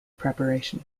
preparation